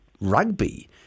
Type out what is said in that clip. rugby